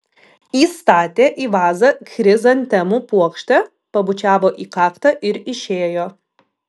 įstatė į vazą chrizantemų puokštę pabučiavo į kaktą ir išėjo